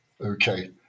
Okay